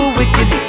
wicked